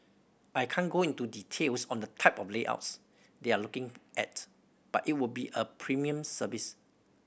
I can't go into details on the type of layouts they're looking at but it would be a premium service